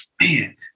man